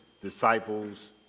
disciples